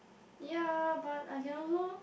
ya but I can also